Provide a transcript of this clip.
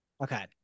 Okay